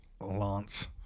Lance